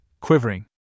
quivering